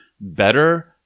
better